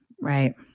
right